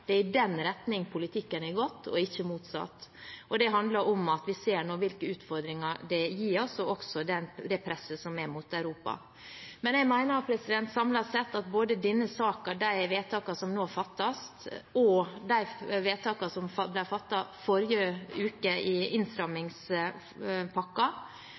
er det i den retning politikken har gått, og ikke motsatt. Det handler om at vi nå ser hvilke utfordringer det gir oss, og også det presset som er mot Europa. Men jeg mener samlet sett at både denne saken og de vedtakene som nå blir fattet, og de vedtakene som ble fattet forrige uke i